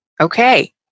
Okay